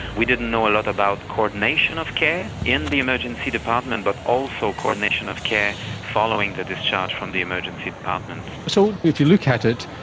we didn't know a lot about coordination of care in the emergency department but also coordination of care following the discharge from the emergency department. so if you look at it,